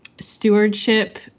stewardship